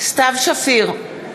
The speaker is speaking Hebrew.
סתיו שפיר,